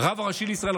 הרב הראשי לישראל,